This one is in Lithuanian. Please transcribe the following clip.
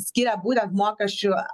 skiria būtent mokesčių